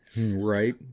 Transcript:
Right